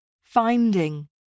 finding